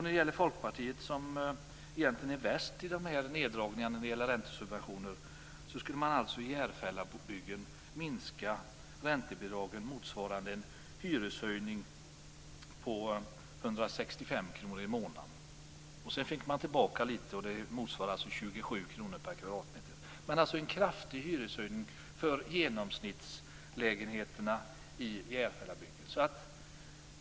Med förslaget från Folkpartiet, som egentligen är värst när det gäller förslag om minskade räntesubventioner, skulle man i Järfällabygden minska räntebidragen motsvarande en hyreshöjning på 165 kr i månaden. Sedan skulle man få tillbaka litet motsvarande 27 kr per kvadratmeter. Det skulle alltså bli en kraftig höjning för genomsnittslägenheterna i Järfällabygden.